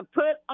put